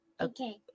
okay